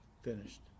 finished